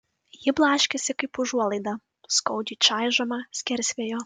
ji blaškėsi kaip užuolaida skaudžiai čaižoma skersvėjo